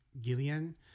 Gillian